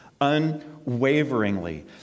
unwaveringly